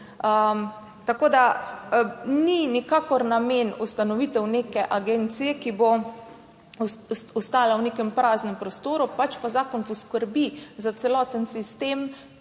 Tako, da ni nikakor namen ustanovitev neke agencije, ki bo ostala v nekem praznem prostoru, pač pa zakon poskrbi za celoten sistem